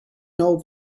old